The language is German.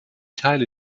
teile